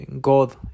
God